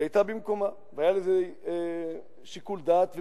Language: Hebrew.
היא היתה במקומה והיה לזה שיקול דעת וביטוי.